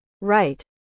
Right